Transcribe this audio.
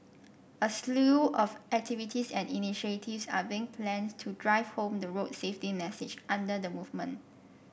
a slew of activities and initiatives are being planned to drive home the road safety message under the movement